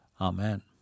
Amen